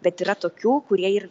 bet yra tokių kurie ir